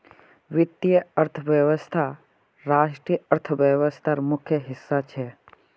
वीत्तिये अर्थवैवस्था राष्ट्रिय अर्थ्वैवास्थार प्रमुख हिस्सा छे